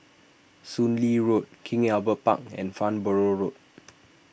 Soon Lee Road King Albert Park and Farnborough Road